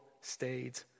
stayed